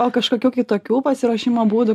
o kažkokių kitokių pasiruošimo būdų